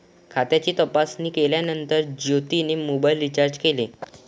खात्याची तपासणी केल्यानंतर ज्योतीने मोबाइल रीचार्ज केले